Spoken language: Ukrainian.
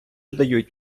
дають